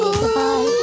goodbye